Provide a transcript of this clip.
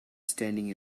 standing